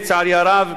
לצערי הרב,